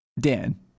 dan